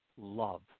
Love